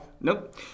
Nope